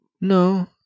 No